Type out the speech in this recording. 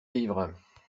vivre